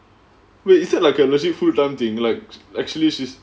wait is that like a legit full-time thing like actually she's